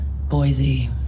Boise